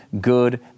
good